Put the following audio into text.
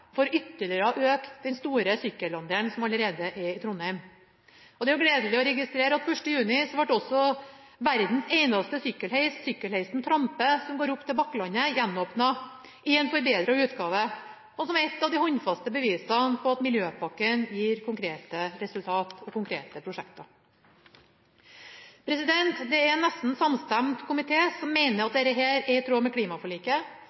for ytterligere å øke den store sykkelandelen som allerede er i Trondheim. Det er gledelig å registrere at 1. juni ble verdens eneste sykkelheis, sykkelheisen Trampe, som går opp til Bakklandet, gjenåpnet i en forbedret utgave. Det er ett av de håndfaste bevisene på at miljøpakken gir konkrete resultat og konkrete prosjekter. En nesten samstemt komité mener dette er i tråd med klimaforliket,